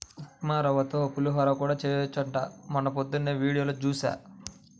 ఉప్మారవ్వతో పులిహోర కూడా చెయ్యొచ్చంట మొన్నీమద్దెనే వీడియోలో జూశా